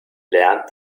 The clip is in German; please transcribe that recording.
lernt